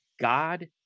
God